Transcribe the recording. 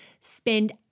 spend